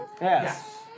Yes